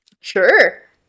Sure